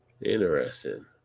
interesting